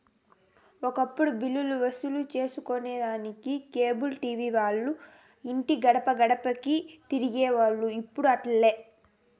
ఒకప్పుడు బిల్లులు వసూలు సేసుకొనేదానికి కేబుల్ టీవీ వాల్లు ఇంటి గడపగడపకీ తిరిగేవోల్లు, ఇప్పుడు అట్లాలే